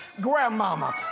grandmama